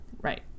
Right